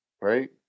Right